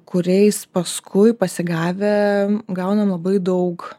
kuriais paskui pasigavę gauna labai daug